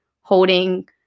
holding